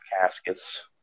caskets